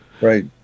right